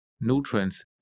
nutrients